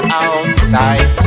outside